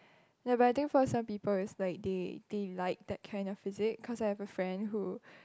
ya but I think for some people is like they they like that kind of physic cause I have a friend who